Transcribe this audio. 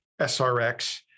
SRX